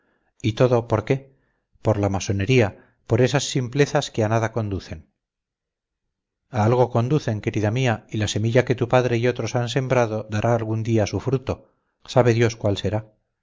y todo por qué por la masonería por esas simplezas que a nada conducen a algo conducen querida mía y la semilla que tu padre y otros han sembrado dará algún día su fruto sabe dios cuál será